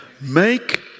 Make